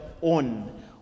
on